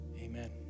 Amen